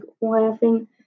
laughing